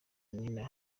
nina